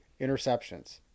interceptions